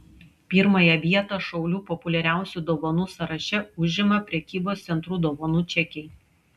pirmąją vietą šaulių populiariausių dovanų sąraše užima prekybos centrų dovanų čekiai